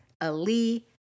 Ali